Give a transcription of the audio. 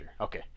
Okay